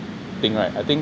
think right I think